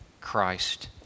Christ